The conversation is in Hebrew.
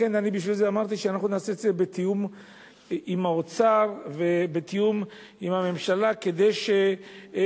לכן אמרתי שאנחנו נעשה את זה בתיאום עם האוצר ובתיאום עם הממשלה כדי שלא